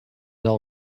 all